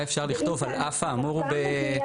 אפשר לכתוב "על אף האמור ב-2.143"?